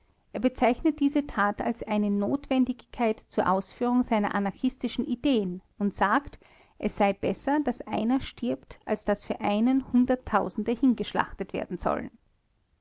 er bezeichnet diese tat als eine notwendigkeit zur ausführung seiner anarchistischen ideen und sagt es sei besser daß einer stirbt als daß für einen hunderttausende hingeschlachtet werden sollen